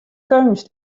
keunst